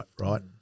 right